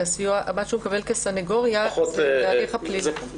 מה שהוא מקבל כסנגוריה זה בהליך הפלילי.